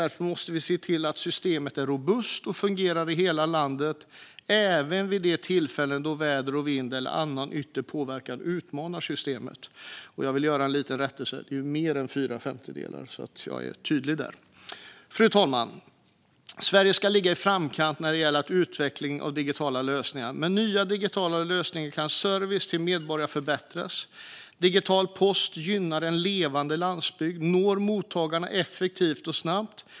Därför måste vi se till att systemet är robust och fungerar i hela landet och även vid de tillfällen då väder och vind eller annan yttre påverkan utmanar systemet. Fru talman! Sverige ska ligga i framkant när det gäller utvecklingen av digitala lösningar. Med nya digitala lösningar kan servicen till medborgare förbättras. Digital post gynnar en levande landsbygd och når mottagarna effektivt och snabbt.